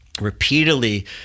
repeatedly